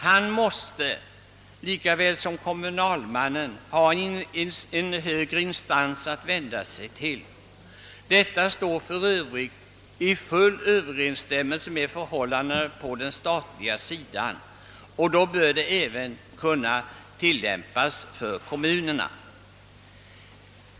Han måste liksom kommunalmannen ha en högre instans att vända: sig till. Detta står för övrigt i full överensstämmelse med förhållandena på den statliga sidan. Då bör systemet även kunna tilllämpas för kommunerna.